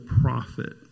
prophet